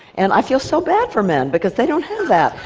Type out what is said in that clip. and i feel so bad for men because they don't have that.